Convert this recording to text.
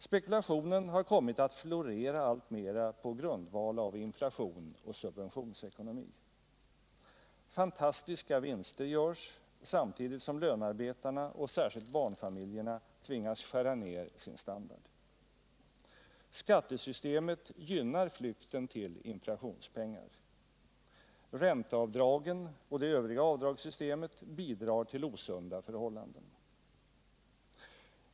Spekulationen har kommit att florera alltmera på grundval av inflation och subventionsekonomi. Fantastiska vinster görs, samtidigt som lönarbetarna och särskilt barnfamiljerna tvingas skära ned sin standard. Skattesystemet gynnar flykten till inflationspengar. Ränteavdragen och det övriga avdragssystemet bidrar till osunda förhållanden.